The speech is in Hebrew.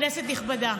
כנסת נכבדה,